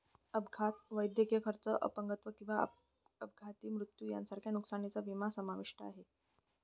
अपघात, वैद्यकीय खर्च, अपंगत्व किंवा अपघाती मृत्यू यांसारख्या नुकसानीचा विमा समाविष्ट आहे